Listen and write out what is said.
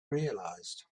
realized